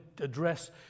address